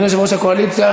יושב-ראש הקואליציה.